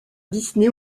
disney